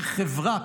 כחברה,